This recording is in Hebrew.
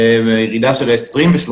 ירידה של 30% ו-20%.